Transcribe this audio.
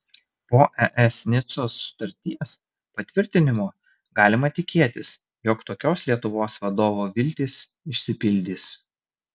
po es nicos sutarties patvirtinimo galima tikėtis jog tokios lietuvos vadovo viltys išsipildys